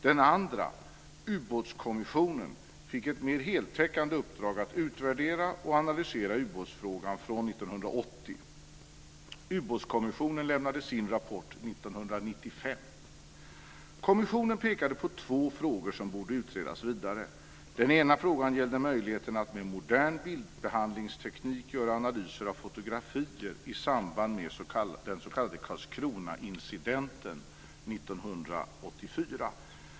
Den andra, Ubåtskommissionen, fick ett mer heltäckande uppdrag att utvärdera och analysera ubåtsfrågan från Kommissionen pekade på två frågor som borde utredas vidare. Den ena frågan gällde möjligheten att med modern bildbehandlingsteknik göra analyser av fotografier i samband med den s.k. Karlskronaincidenten år 1984.